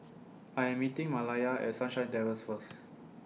I Am meeting Malaya At Sunshine Terrace First